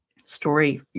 story